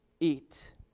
eat